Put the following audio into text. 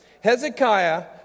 Hezekiah